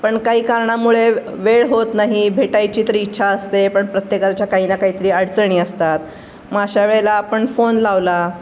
पण काही कारणामुळे वेळ होत नाही भेटायची तरी इच्छा असते पण प्रत्येकाच्या काही ना काही तरी अडचणी असतात मग अशावेळेला आपण फोन लावला